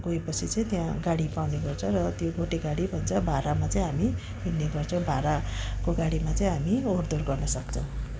गयोपछि चाहिँ त्यहाँ गाडी पाउने गर्छ र त्यो गोटे गाडी भन्छ भाडामा चाहिँ हामी हिँड्ने गर्छौँ भाडाको गाडीमा चाहिँ हामी ओहोरदोहोर गर्नसक्छौँ